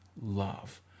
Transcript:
love